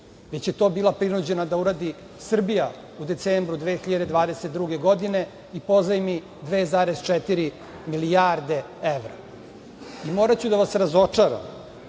već je to bila prinuđena da uradi Srbija u decembru 2022. godine i pozajmi 2,4 milijarde evra. Moraću da vas razočaram,